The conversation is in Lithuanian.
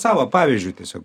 savo pavyzdžiu tiesiog